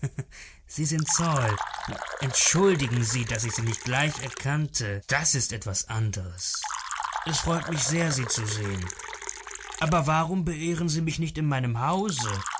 sie sind sal entschuldigen sie daß ich sie nicht gleich erkannte das ist etwas anderes es freut mich sehr sie zu sehen aber warum beehren sie mich nicht in meinem haus